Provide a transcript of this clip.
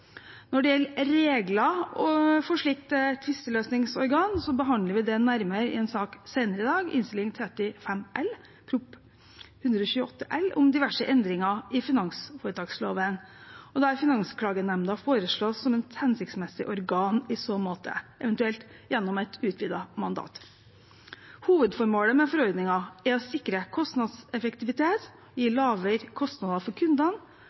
Når det gjelder regler for et slikt tvisteløsningsorgan, behandler vi det nærmere i en sak senere i dag, Innst. 35 L for 2019–2020, jf. Prop. 128 L for 2018–2019, om diverse endringer i finansforetaksloven mv., der Finansklagenemnda foreslås som et hensiktsmessig organ i så måte, eventuelt gjennom et utvidet mandat. Hovedformålet med forordningen er å sikre kostnadseffektivitet, gi lavere kostnader for kundene